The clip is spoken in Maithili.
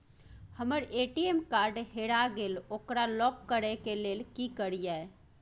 हमर ए.टी.एम कार्ड हेरा गेल ओकरा लॉक करै के लेल की करियै?